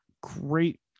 great